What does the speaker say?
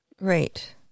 Right